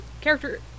character